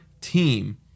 team